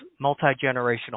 multi-generational